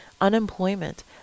Unemployment